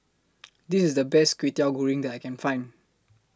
This IS The Best Kwetiau Goreng that I Can Find